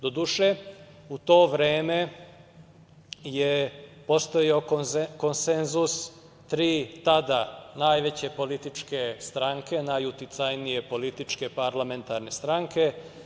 Doduše, u to vreme je postojao konsenzus tri tada najveće političke stranke, najuticajnije političke parlamentarne stranke.